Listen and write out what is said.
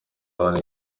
hano